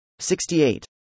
68